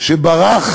שברח